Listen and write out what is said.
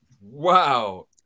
Wow